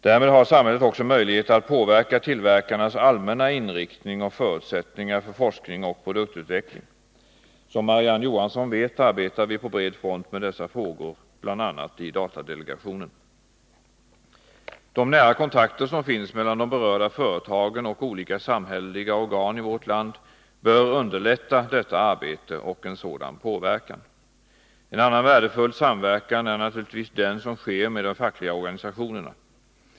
Därmed har samhället också möjligheter att påverka tillverkarnas allmänna inriktning och förutsättningar för forskning och produktutveckling. Som Marie-Ann Johansson vet arbetar vi på bred front med dessa frågor, bl.a. i datadelegationen. De nära kontakter som finns mellan de berörda företagen och olika samhälleliga organ i vårt land bör underlätta detta arbete och en sådan påverkan. En annan värdefull samverkan är naturligtvis den som sker med de fackliga organisationerna.